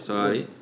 Sorry